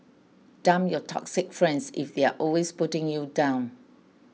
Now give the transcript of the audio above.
dump your toxic friends if they're always putting you down